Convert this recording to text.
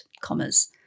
commas